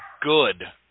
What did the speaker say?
good